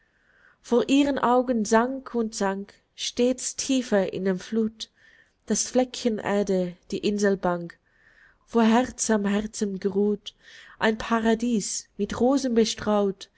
vor ihren augen sank und sank stets tiefer in die fluth das fleckchen erde die inselbank wo herz am herzen geruht ein paradies mit rosen bestreut